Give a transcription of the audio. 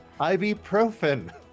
ibuprofen